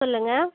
சொல்லுங்க